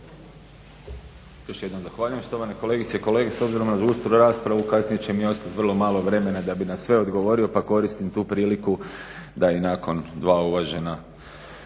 Još jednom zahvaljujem štovane kolegice i kolege. S obzirom na žustru raspravu kasnije će mi ostati vrlo malo vremena da bi na sve odgovorio pa koristim tu priliku da i nakon dva uvažena